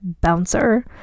bouncer